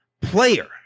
player